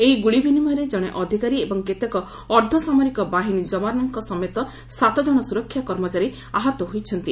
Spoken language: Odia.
ଏହି ଗୁଳିବିନିମୟରେ କଣେ ଅଧିକାରୀ ଏବଂ କେତେକ ଅର୍ଦ୍ଧସାମରିକ ବାହିନୀ ଯବାନଙ୍କ ସମେତ ସାତଜଣ ସୁରକ୍ଷା କର୍ମଚାରୀ ଆହତ ହୋଇଛନ୍ତି